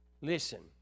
Listen